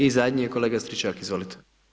I zadnji je kolega Stričak, izvolite.